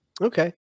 Okay